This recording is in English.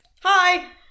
Hi